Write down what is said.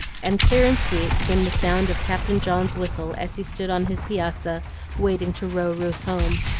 and clear and sweet came the sound of captain john's whistle as he stood on his piazza waiting to row ruth home.